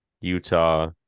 Utah